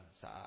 sa